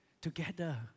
together